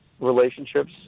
relationships